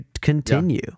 continue